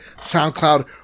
SoundCloud